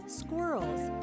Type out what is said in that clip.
squirrels